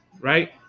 right